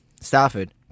Stafford